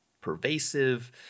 pervasive